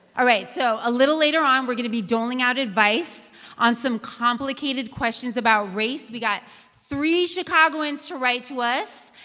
all right so a little later on, we're going to be doling out advice on some complicated questions about race. we got three chicagoans to write to us.